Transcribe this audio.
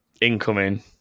Incoming